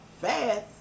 fast